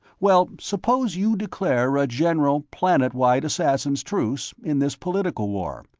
well, suppose you declare a general, planet-wide assassins' truce in this political war,